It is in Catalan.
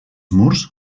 murs